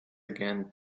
again